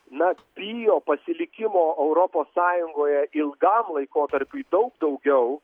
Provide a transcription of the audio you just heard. na bijo pasilikimo europos sąjungoje ilgam laikotarpiui daug daugiau